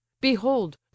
behold